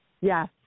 Yes